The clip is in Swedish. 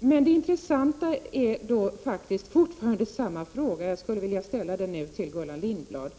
finns emellertid fortfarande en fråga som är intressant och som jag vill ställa till Gullan Lindblad.